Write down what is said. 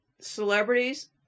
celebrities